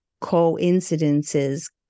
coincidences